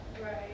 Right